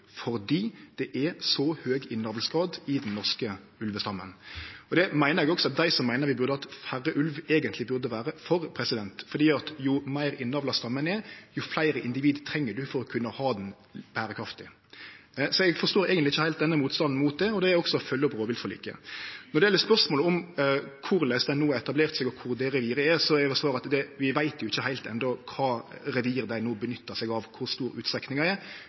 fordi det er så høg innavlsgrad i den norske ulvestammen. Det meiner eg også at dei som meiner vi burde hatt færre ulvar, eigentleg burde vere for, for jo meir innavla stammen er, jo fleire individ treng ein for å kunne ha ein berekraftig stamme. Så eg forstår eigentleg ikkje heilt denne motstanden mot det – og det er også å følgje opp rovviltforliket. Når det gjeld spørsmålet om korleis ulven no har etablert seg, og kor det reviret er, er svaret til det at vi veit jo ikkje heilt enno kva revir dei no nyttar seg av, kor stor utstrekninga er